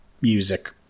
music